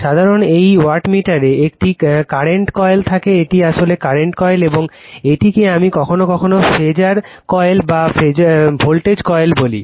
সাধারণ একটি ওয়াটমিটারে একটি কারেন্ট কয়েল থাকে এটি আসলে কারেন্ট কয়েল এবং এটিকে আমি কখনও কখনও ফেজার কয়েল বা ভোল্টেজ কয়েল বলি